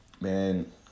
man